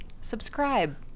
Subscribe